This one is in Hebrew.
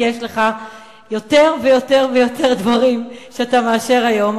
כי יש לך יותר ויותר ויותר דברים שאתה מאשר היום,